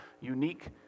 unique